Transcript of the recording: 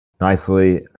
Nicely